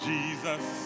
Jesus